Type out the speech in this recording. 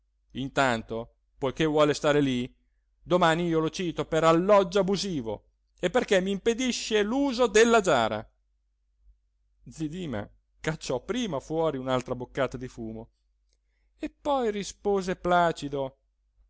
intanto poiché vuole stare lì domani io lo cito per alloggio abusivo e perché mi impedisce l'uso della giara zi dima cacciò prima fuori un'altra boccata di fumo poi rispose placido